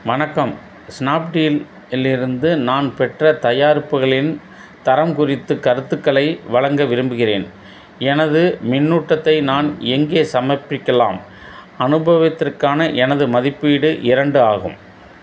வணக்கம் ஸ்னாப்டீல் இலிருந்து நான் பெற்ற தயாரிப்புகளின் தரம் குறித்து கருத்துக்களை வழங்க விரும்புகிறேன் எனது மின்னூட்டத்தை நான் எங்கே சமர்ப்பிக்கலாம் அனுபவத்திற்கான எனது மதிப்பீடு இரண்டு ஆகும்